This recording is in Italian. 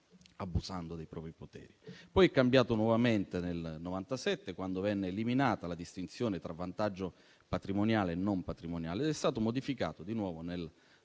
abusando dei propri poteri. Poi è cambiato nuovamente nel 1997, quando venne eliminata la distinzione tra vantaggio patrimoniale e non patrimoniale; ed è stato modificato di nuovo nel